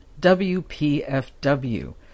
wpfw